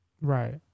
Right